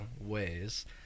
ways